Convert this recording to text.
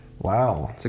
Wow